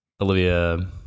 olivia